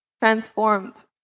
transformed